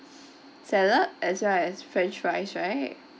salad as well as french fries right